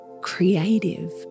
creative